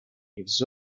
ils